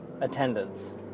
attendance